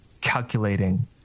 calculating